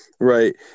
Right